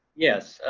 yes.